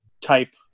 type